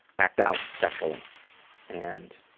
act out sexually and